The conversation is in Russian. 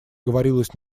говорилось